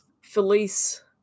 Felice